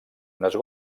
unes